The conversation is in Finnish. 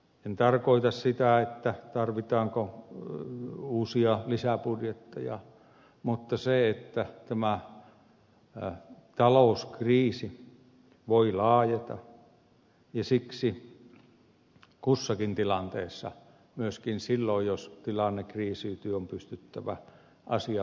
en tarkoita sitä tarvitaanko uusia lisäbudjetteja mutta sitä että tämä talouskriisi voi laajeta ja siksi kussakin tilanteessa myöskin silloin jos tilanne kriisiytyy on pystyttävä asian vaatimiin päätöksiin